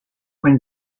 when